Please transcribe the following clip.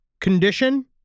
condition